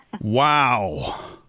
Wow